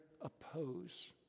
oppose